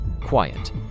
quiet